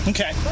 Okay